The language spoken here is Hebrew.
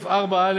(1) בסעיף 2,